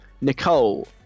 Nicole